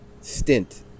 stint